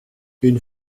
une